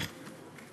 חברי חברי הכנסת,